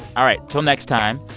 all right, until next time,